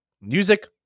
music